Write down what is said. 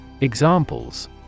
Examples